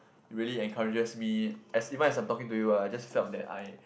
really encourages me as even as I'm talking you ah I just felt that I